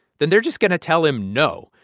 then they're just going to tell him no.